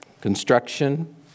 construction